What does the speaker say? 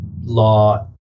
law